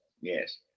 yes